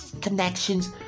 connections